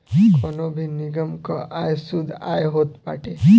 कवनो भी निगम कअ आय शुद्ध आय होत बाटे